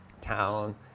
town